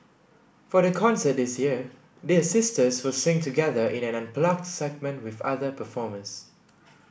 for the concert this year the sisters will sing together in an unplugged segment with other performers